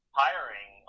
hiring